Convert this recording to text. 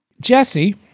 Jesse